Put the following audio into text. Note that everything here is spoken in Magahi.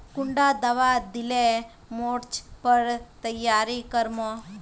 कुंडा दाबा दिले मोर्चे पर तैयारी कर मो?